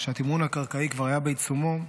כשהתמרון הקרקעי כבר היה בעיצומו,